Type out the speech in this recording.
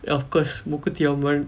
of course mookuthiyamman